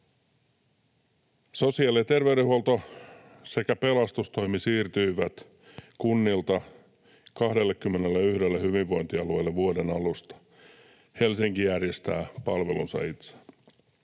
Sosiaali- ja terveydenhuolto sekä pelastustoimi siirtyivät kunnilta 21 hyvinvointialueelle vuoden alusta. Helsinki järjestää palvelunsa itse.